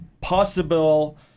possible